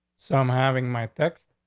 so i'm having my text,